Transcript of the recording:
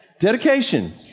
Dedication